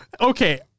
Okay